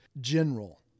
general